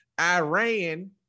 Iran